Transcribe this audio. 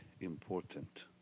important